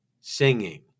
singing